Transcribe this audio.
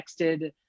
texted